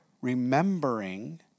remembering